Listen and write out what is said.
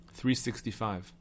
365